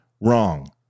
wrong